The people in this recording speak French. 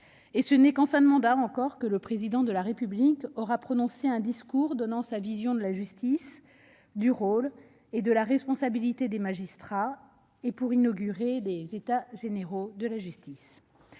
Et ce n'est qu'en fin de mandat, encore, que le Président de la République aura prononcé un discours donnant sa vision de la justice, du rôle et de la responsabilité des magistrats, et ce pour inaugurer les États généraux de la justice.